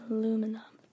Aluminum